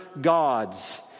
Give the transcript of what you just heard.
gods